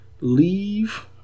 leave